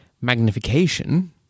magnification